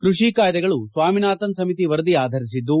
ಕೃಷಿ ಕಾಯ್ದೆಗಳು ಸ್ವಾಮಿನಾಥನ್ ಸಮಿತಿ ವರದಿ ಆಧರಿಸಿದ್ದು